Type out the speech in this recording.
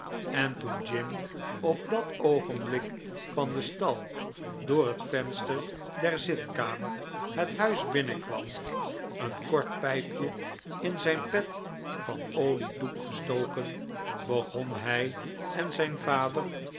en toen jim op dat oogenblik van den stal door het venster der zitkamer het huis binnenkwam een kort pijpje in zijn pet van oliedoek gestoken begonnen hij en zijn vader